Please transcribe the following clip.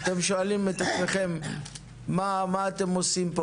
אתם שואלים את עצמכם מה אתם עושים פה